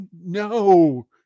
no